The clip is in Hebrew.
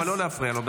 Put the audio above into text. אבל לא להפריע לו,